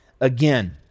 again